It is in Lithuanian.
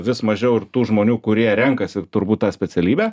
vis mažiau ir tų žmonių kurie renkasi turbūt tą specialybę